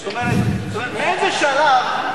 זאת אומרת, מאיזה שלב?